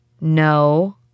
No